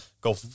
go